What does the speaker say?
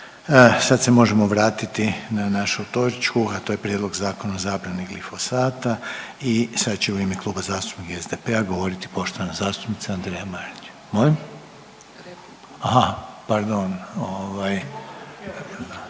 Sad se možemo vratiti na našu točku, a to je Prijedlog zakona o zabrani glifosata i sad će u ime Kluba zastupnika SDP-a govoriti poštovana zastupnica Andreja Marić. Molim? …/Upadica